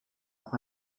auch